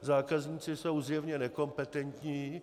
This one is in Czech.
Zákazníci jsou zjevně nekompetentní.